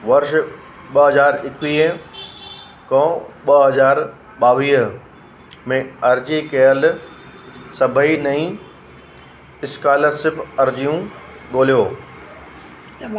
वर्ष ॿ हज़ार एकवीह खां ॿ हज़ार ॿावीह में अर्जी कयल सभई नईं स्कालर्शिप अर्जियूं ॻोल्हियो